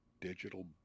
digital